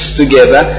together